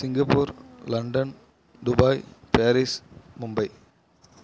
Singapore London Dubai Paris Mumbai